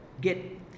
get